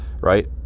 right